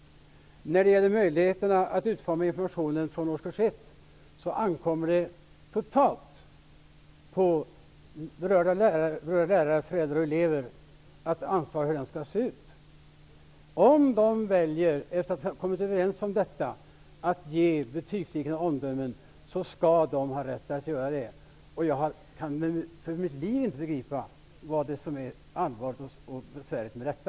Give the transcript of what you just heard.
När det gäller möjligheterna att utforma informationen från och med årskurs 1 ankommer det totalt på berörd lärare, föräldrar och elever att ansvara för hur den skall se ut. Om de kommer överens om att ge betygsliknande omdömen, skall de ha rätt att göra det. Jag kan för mitt liv inte begripa vad som är allvarligt och besvärligt med detta.